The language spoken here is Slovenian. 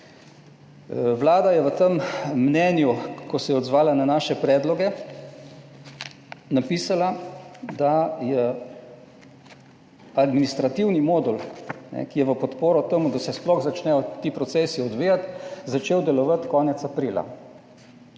Vlada je v tem mnenju, ko se je odzvala na naše predloge, napisala, da je administrativni modul, ki je v podporo temu, da se sploh začnejo ti procesi odvijati, začel delovati konec aprila,